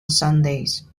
sundays